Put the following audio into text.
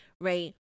right